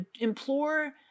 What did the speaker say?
implore